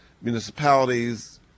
municipalities